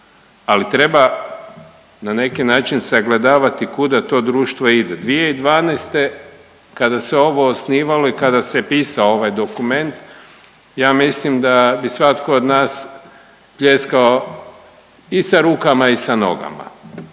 ali treba na neki način sagledavati kuda to društvo ide. 2012. kada se ovo osnivalo i kada se pisao ovaj dokument ja mislim da bi svatko od nas pljeskao i sa rukama i sa nogama,